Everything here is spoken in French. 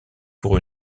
pour